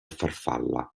farfalla